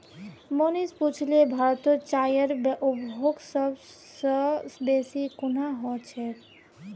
मनीष पुछले भारतत चाईर उपभोग सब स बेसी कुहां ह छेक